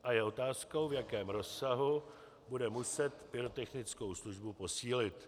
A je otázkou, v jakém rozsahu bude muset pyrotechnickou službu posílit.